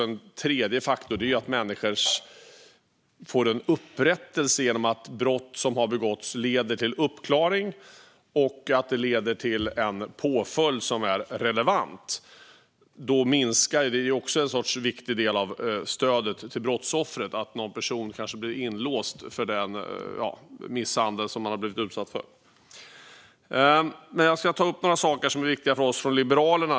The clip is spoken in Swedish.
En tredje faktor är att människor ska få upprättelse genom att brott som har begåtts klaras upp och att påföljden är relevant. Det är en viktig del av stödet till brottsoffret att den som man har blivit utsatt för blir inlåst. Jag ska ta upp några saker som är viktiga för oss från Liberalerna.